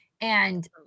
And-